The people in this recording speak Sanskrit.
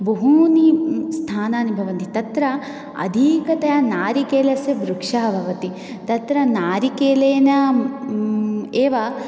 बहूनि स्थानानि भवन्ति तत्र अधिकतया नारिकेलस्य वृक्षः भवति तत्र नारिकेलेन एव